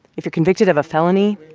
if you're convicted of a felony,